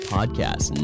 Podcast